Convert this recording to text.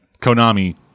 Konami